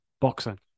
boxing